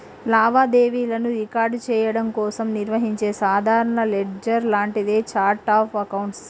లావాదేవీలను రికార్డ్ చెయ్యడం కోసం నిర్వహించే సాధారణ లెడ్జర్ లాంటిదే ఛార్ట్ ఆఫ్ అకౌంట్స్